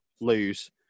lose